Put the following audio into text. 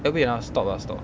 eh wait ah stop ah stop